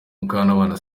mukantabana